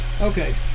Okay